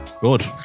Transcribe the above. Good